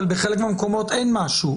יוליה, אבל בחלק מהמקומות אין משהו.